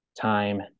time